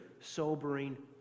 sobering